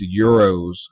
Euros